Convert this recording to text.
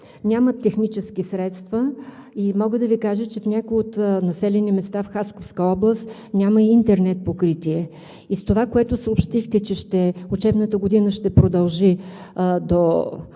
нямат технически средства? Мога да Ви кажа, че в някои населени места в Хасковска област няма интернет покритие. След това, което съобщихте, че учебната година ще продължи до